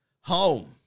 home